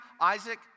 Isaac